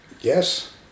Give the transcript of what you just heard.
Yes